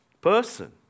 person